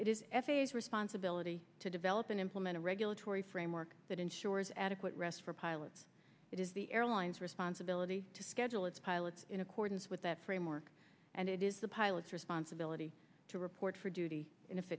it is f a s responsibility to develop and implement a regulatory framework that ensures adequate rest for pilots it is the airline's responsibility to schedule its pilots in accordance with that framework and it is the pilot's responsibility to report for duty